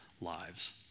lives